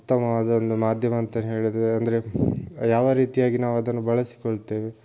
ಉತ್ತಮವಾದ ಒಂದು ಮಾಧ್ಯಮ ಅಂತ ಹೇಳಿದರೆ ಅಂದರೆ ಯಾವ ರೀತಿಯಾಗಿ ನಾವು ಅದನ್ನು ಬಳಸಿಕೊಳ್ತೇವೆ